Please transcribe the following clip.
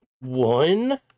One